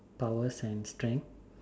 powers and strength